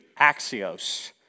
axios